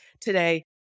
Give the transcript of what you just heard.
today